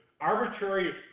arbitrary